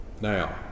Now